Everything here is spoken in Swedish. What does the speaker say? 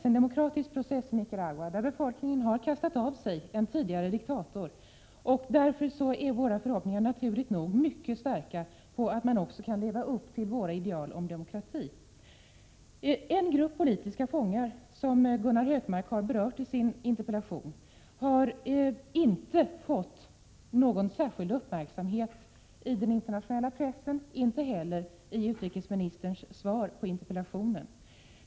En demokratisk process har ägt rum i Nicaragua, där befolkningen har kastat av sig en tidigare diktator, och därför är våra förhoppningar naturligt nog mycket starka på att man också kan leva upp till våra ideal om demokrati. Det finns en grupp av politiska fångar vilken, som Gunnar Hökmark har berört i sin interpellation, inte fått någon särskild uppmärksamhet i den internationella pressen och inte heller i utrikesministerns svar på interpellationen.